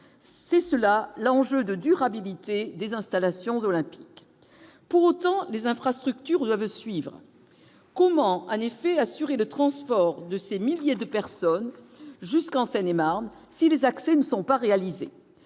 c'est cela l'enjeu de durabilité des installations olympiques pour autant les infrastructures doivent suivre comment en effet assuré le transport de ces milliers de personnes jusqu'en Seine-et-Marne si les accès ne sont pas réalisés,